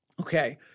Okay